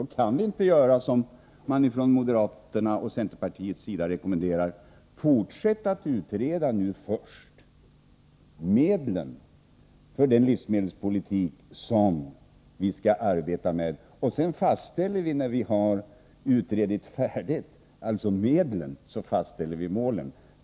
Då kan vi inte göra som moderaterna och centerpartisterna rekommenderar, att först utreda medlen för den livsmedelspolitik som vi skall arbeta efter och sedan, när vi utrett färdigt, fastställa målen.